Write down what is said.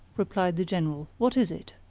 replied the general. what is it?